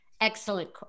excellent